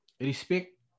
respect